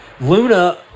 Luna